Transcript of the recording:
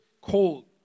cold